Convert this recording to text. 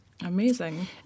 Amazing